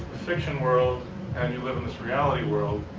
fiction world and you live in this reality world.